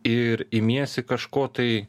ir imiesi kažko tai